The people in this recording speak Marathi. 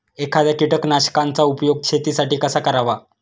एखाद्या कीटकनाशकांचा उपयोग शेतीसाठी कसा करावा?